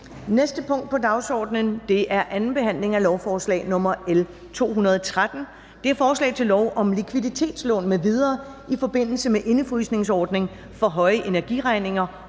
næste punkt på dagsordenen er: 3) 2. behandling af lovforslag nr. L 213: Forslag til lov om likviditetslån m.v. i forbindelse med indefrysningsordning for høje energiregninger